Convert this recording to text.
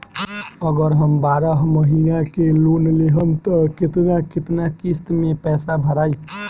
अगर हम बारह महिना के लोन लेहेम त केतना केतना किस्त मे पैसा भराई?